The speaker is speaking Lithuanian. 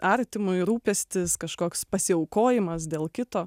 artimui rūpestis kažkoks pasiaukojimas dėl kito